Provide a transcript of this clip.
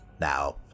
now